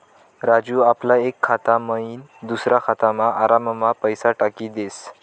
राजू आपला एक खाता मयीन दुसरा खातामा आराममा पैसा टाकी देस